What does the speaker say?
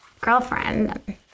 girlfriend